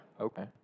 Okay